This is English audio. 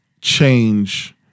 change